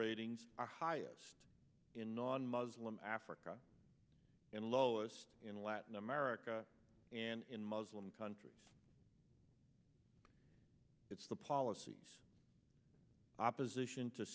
ratings are highest in non muslim africa and lowest in latin america and in muslim countries it's the policies opposition to